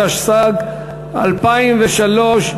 התשס"ג 2003,